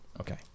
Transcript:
Okay